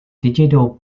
digital